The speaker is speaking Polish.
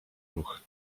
ruch